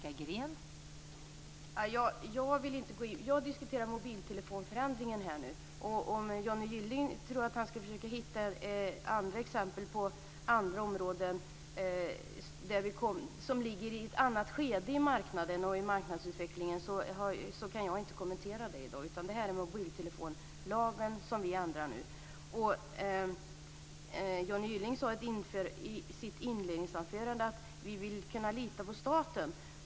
Fru talman! Jag diskuterar mobiltelefonförändringen här nu. Om Johnny Gylling tror att han ska försöka hitta andra exempel på andra områden som ligger i ett annat skede i marknaden och i marknadsutvecklingen så kan jag inte kommentera det i dag. Utan det är mobiltelefonlagen som vi nu ändrar. Johnny Gylling sade i sitt inledningsanförande att man vill kunna lita på staten.